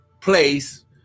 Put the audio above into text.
place